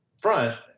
front